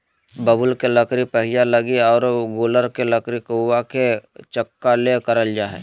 बबूल के लकड़ी पहिया लगी आरो गूलर के लकड़ी कुआ के चकका ले करल जा हइ